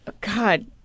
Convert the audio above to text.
God